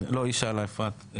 לא היא שאלה, אפרת.